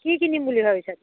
কি কিনিম বুলি ভাবিছা